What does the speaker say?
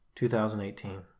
2018